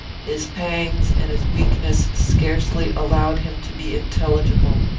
his pangs and his weakness scarcely allowed him to be intelligible.